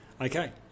Okay